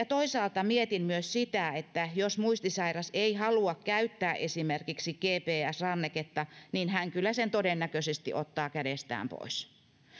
toisaalta mietin myös sitä että jos muistisairas ei halua käyttää esimerkiksi gps ranneketta hän kyllä sen todennäköisesti ottaa kädestään pois